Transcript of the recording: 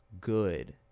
good